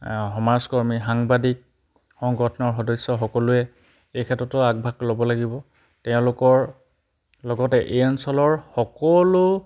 সমাজকৰ্মী সাংবাদিক সংগঠনৰ সদস্য সকলোৱে এই ক্ষেত্ৰতো আগভাগ ল'ব লাগিব তেওঁলোকৰ লগতে এই অঞ্চলৰ সকলো